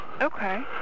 Okay